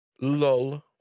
Lol